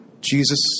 Jesus